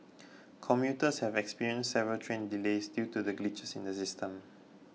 commuters have experienced several train delays due to glitches in the system